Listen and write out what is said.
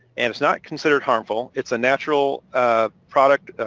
and it's not considered harmful. it's a natural ah product.